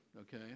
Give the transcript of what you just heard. okay